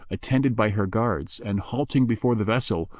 attended by her guards and, halting before the vessel,